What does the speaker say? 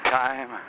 time